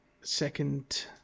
second